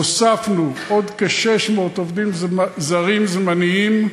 הוספנו עוד כ-600 עובדים זרים זמניים,